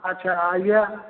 अच्छा आइए